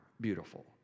beautiful